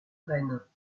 rennes